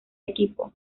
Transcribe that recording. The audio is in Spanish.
equipo